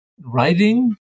writing